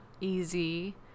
easy